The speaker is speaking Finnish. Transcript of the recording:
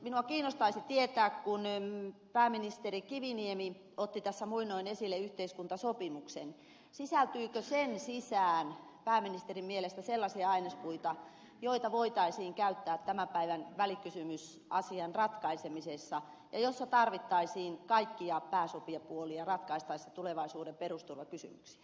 minua kiinnostaisi tietää kun pääministeri kiviniemi otti tässä muinoin esille yhteiskuntasopimuksen sisältyykö siihen pääministerin mielestä sellaisia ainespuita joita voitaisiin käyttää tämän päivän välikysymysasian ratkaisemisessa ja jossa tarvittaisiin kaikkia pääsopijapuolia ratkaistaessa tulevaisuuden perusturvakysymyksiä